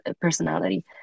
personality